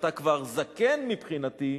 אתה כבר זקן מבחינתי?